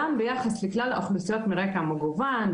גם ביחס לכלל האוכלוסיות מרקע מגוון,